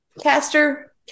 Caster